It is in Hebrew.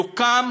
יוקם